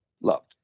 Loved